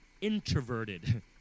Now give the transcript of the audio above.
introverted